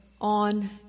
on